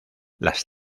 las